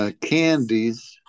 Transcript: candies